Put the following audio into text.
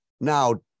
Now